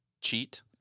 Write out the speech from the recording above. cheat